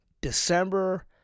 December